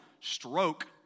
Stroke